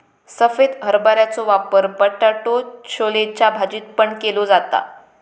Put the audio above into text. सफेद हरभऱ्याचो वापर बटाटो छोलेच्या भाजीत पण केलो जाता